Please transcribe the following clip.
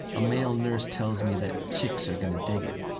a male nurse tells me that chicks are going to dig it,